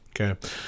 Okay